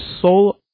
soul